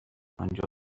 آنجا